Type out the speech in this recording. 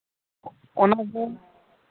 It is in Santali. ᱚᱱᱟᱜᱮ